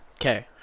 okay